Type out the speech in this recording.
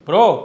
Bro